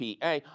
PA